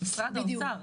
משרד האוצר,